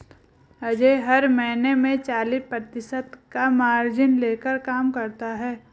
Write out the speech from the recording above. अजय हर महीने में चालीस प्रतिशत का मार्जिन लेकर काम करता है